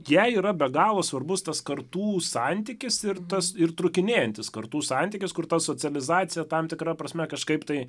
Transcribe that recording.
jai yra be galo svarbus tas kartų santykis ir tas ir trūkinėjantis kartų santykius kur ta socializaciją tam tikra prasme kažkaip tai